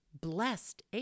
blessed